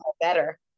better